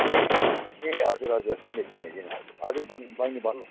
ए हजुर ए हजुर हजुर ए चिने चिने हजुर बहिनी भन्नु